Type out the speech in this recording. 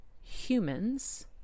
humans